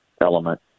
element